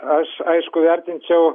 aš aišku vertinčiau